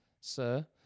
Sir